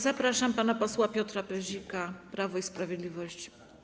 Zapraszam pana posła Piotra Pyzika, Prawo i Sprawiedliwość.